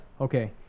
Okay